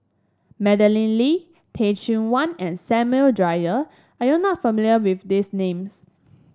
Madeleine Lee Teh Cheang Wan and Samuel Dyer are you not familiar with these names